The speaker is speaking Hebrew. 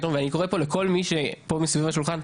ואני קורה פה לכל מי שפה מסביב לשולחן,